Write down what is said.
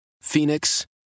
Phoenix